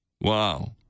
wow